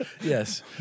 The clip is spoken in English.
Yes